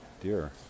dear